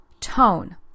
tone